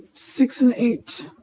six and eight